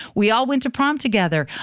we all went to prom together.